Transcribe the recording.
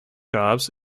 jobs